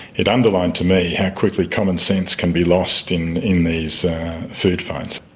it underlined to me how quickly commonsense can be lost in in these food fights.